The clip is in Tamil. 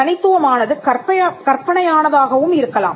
தனித்துவமானது கற்பனையான தாகவும் இருக்கலாம்